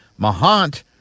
Mahant